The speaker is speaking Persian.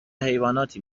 حیواناتی